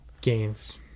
gains